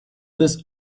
this